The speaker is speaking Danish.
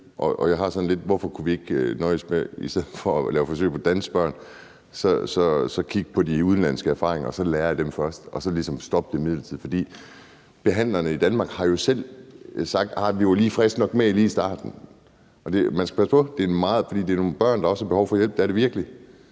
Hvorfor kunne vi ikke, i stedet for at lave forsøg på danske børn, nøjes med at kigge på de udenlandske erfaringer og så lære af dem først og så ligesom stoppe det midlertidigt? For behandlerne i Danmark har jo selv sagt: Arh, vi var lige friske nok med det lige i starten. Og man skal passe på, for det er nogle børn, der også har behov for hjælp – det er det virkelig